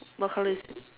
what colour is